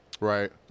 Right